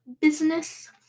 business